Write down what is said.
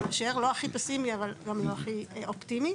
לא הכי פסימי, אבל גם לא הכי אופטימי.